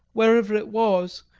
wherever it was,